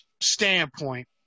standpoint